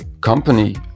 company